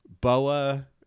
boa